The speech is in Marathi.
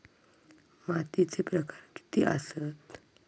मातीचे प्रकार किती आसत?